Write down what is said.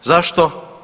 Zašto?